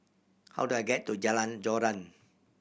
how do I get to Jalan Joran